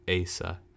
Asa